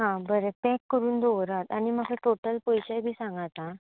हां बरें पॅक करून दवरात आनी म्हाका टॉटल पयशे बी सांगात आं